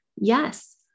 yes